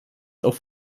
auf